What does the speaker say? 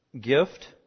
gift